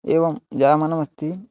एवं जायमानम् अस्ति